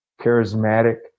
charismatic